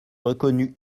reconnus